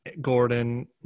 gordon